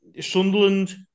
Sunderland